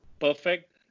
Perfect